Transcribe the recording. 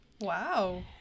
Wow